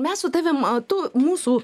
mes su tavim tu mūsų